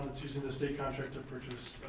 that's using the state contract to purchase